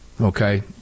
Okay